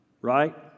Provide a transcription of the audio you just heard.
Right